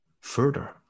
further